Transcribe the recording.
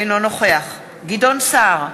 אינו נוכח גדעון סער,